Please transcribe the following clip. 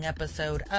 Episode